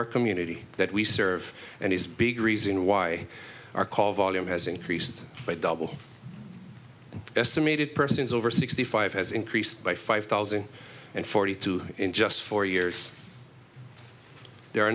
our community that we serve and is big reason why our call volume has increased by double estimated persons over sixty five has increased by five thousand and forty two in just four years there are